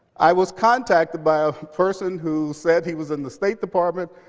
i was contacted by a person who said he was in the state department.